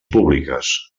públiques